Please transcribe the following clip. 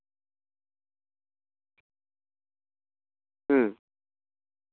ᱦᱩᱸ